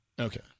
Okay